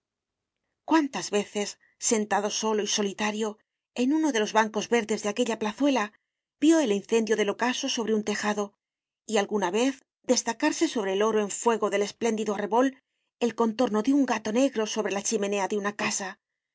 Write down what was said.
cuántas veces sentado solo y solitario en uno de los bancos verdes de aquella plazuela vio el incendio del ocaso sobre un tejado y alguna vez destacarse sobre el oro en fuego del espléndido arrebol el contorno de un gato negro sobre la chimenea de una casa